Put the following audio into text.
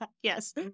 Yes